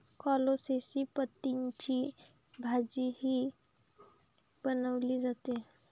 कोलोसेसी पतींची भाजीही बनवली जाते